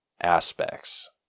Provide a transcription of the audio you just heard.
aspects